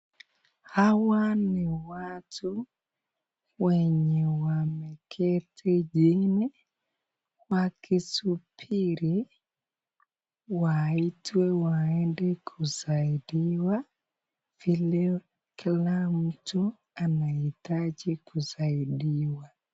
Hawa ni watu wenye wameketi chini, wakisubiri waitwe waende kusaidiwa vile kila mtu anahitaji kusaidiwa.